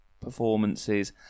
performances